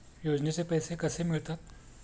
योजनेचे पैसे कसे मिळतात?